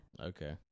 Okay